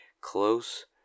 close